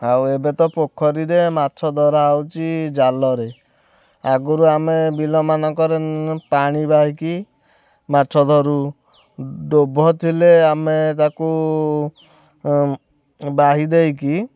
ଆଉ ଏବେ ତ ପୋଖରୀରେ ମାଛ ଧରା ହେଉଛି ଜାଲରେ ଆଗରୁ ଆମେ ବିଲମାନଙ୍କରେ ପାଣି ବାହିକି ମାଛ ଧରୁ ଡୋଭ ଥିଲେ ଆମେ ତାକୁ ବାହିଦେଇକି